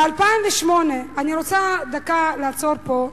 ב-2008, אני רוצה דקה לעצור פה: